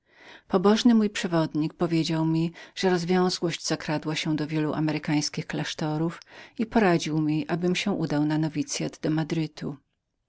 pobożny mój przewodnik powiedział mi że rozwiozłość zakradła się do wielu amerykańskich klasztorów i poradził mi abym się udał na nowicyat do